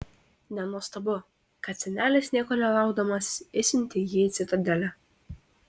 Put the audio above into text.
nenuostabu kad senelis nieko nelaukdamas išsiuntė jį į citadelę